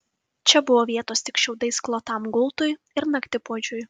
čia buvo vietos tik šiaudais klotam gultui ir naktipuodžiui